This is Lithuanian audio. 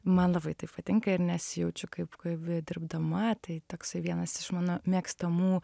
man labai tai patinka ir nesijaučiu kaip kaip dirbdama tai toksai vienas iš mano mėgstamų